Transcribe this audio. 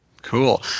Cool